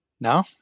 No